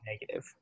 negative